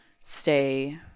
stay